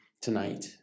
tonight